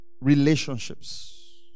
relationships